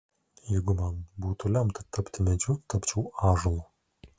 jeigu man būtų lemta tapti medžiu tapčiau ąžuolu